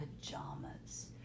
pajamas